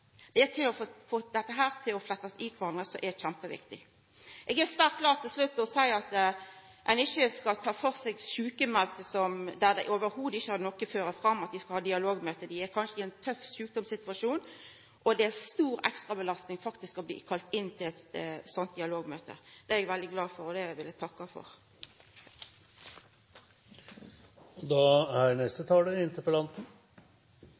få dette til å bli fletta i kvarandre som er kjempeviktig. Til slutt vil eg seia at eg er svært glad for at ein ikkje skal ha dialogmøte med sjukmelde der dette i det heile ikkje fører fram til noko. Dei er kanskje i ein tøff sjukdomssituasjon, og det er stor ekstrabelasting faktisk å bli kalla inn til eit sånt dialogmøte. Det er eg veldig glad for, og det vil eg takka for.